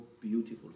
beautiful